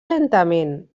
lentament